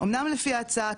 אמנם לפי ההצעה,